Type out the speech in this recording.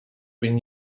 been